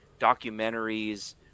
documentaries